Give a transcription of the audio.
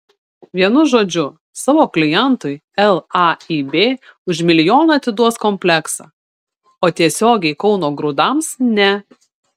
vienu žodžiu savo klientui laib už milijoną atiduos kompleksą o tiesiogiai kauno grūdams ne